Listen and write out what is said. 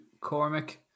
Cormac